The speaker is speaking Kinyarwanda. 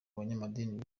banyamadini